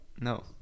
No